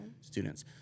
students